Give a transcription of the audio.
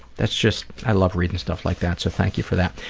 that's just. i love reading stuff like that so thank you for that.